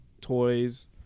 toys